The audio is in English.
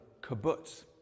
kibbutz